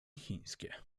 chińskie